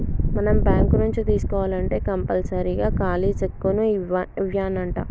మనం బాంకు నుంచి తీసుకోవాల్నంటే కంపల్సరీగా ఖాలీ సెక్కును ఇవ్యానంటా